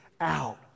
out